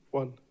one